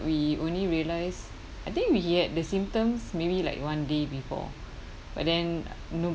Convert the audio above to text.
we only realised I think he had the symptoms maybe like one day before but then no